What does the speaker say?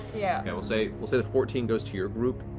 yeah okay, we'll say we'll say the fourteen goes to your group,